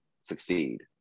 succeed